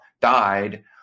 died